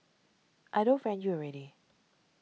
I don't friend you already